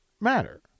matter